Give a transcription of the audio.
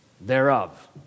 thereof